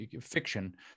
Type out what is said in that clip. fiction